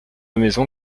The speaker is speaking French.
maison